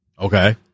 Okay